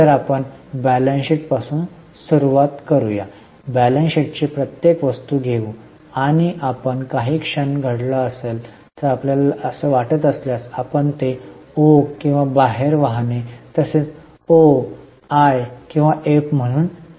तर आपण balance sheet पासून सुरुवात करू या बॅलेन्स शीटची प्रत्येक वस्तू घेऊ आणि आपण काही क्षण घडला आहे असे आपल्याला वाटत असल्यास आपण ते ओघ किंवा बाहेर वाहणे तसेच ओ मी किंवा एफ म्हणून चिन्हांकित करू